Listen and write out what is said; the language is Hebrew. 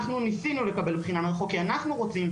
אנחנו ניסינו לקבל בחינה מרחוק כי אנחנו רוצים.